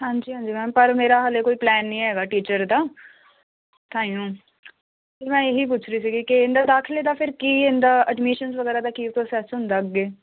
ਹਾਂਜੀ ਹਾਂਜੀ ਮੈਮ ਪਰ ਮੇਰਾ ਹਜੇ ਕੋਈ ਪਲੈਨ ਨਹੀਂ ਹੈਗਾ ਟੀਚਰ ਦਾ ਟਾਈਮ 'ਤੇ ਮੈਂ ਇਹ ਹੀ ਪੁੱਛ ਰਹੀ ਸੀਗੀ ਕਿ ਇਹਦਾ ਦਾਖਲੇ ਦਾ ਫਿਰ ਕੀ ਇਹਦਾ ਐਡਮੀਸ਼ਨ ਵਗੈਰਾ ਦਾ ਕੀ ਪ੍ਰੋਸੈਸ ਹੁੰਦਾ ਅੱਗੇ